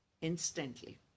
instantly